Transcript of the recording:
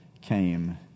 came